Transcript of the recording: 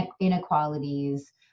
inequalities